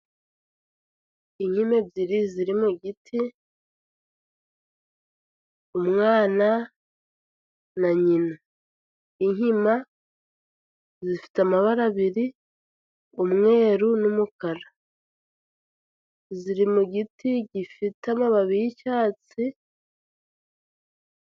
Inkima ebyiri ziri mu igiti umwana na nyina, inkima zifite amabara abiri umweru n'umukara, ziri mu giti gifite amababi y'icyatsi.